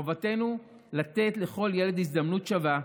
חובתנו לתת לכל ילד הזדמנות שווה,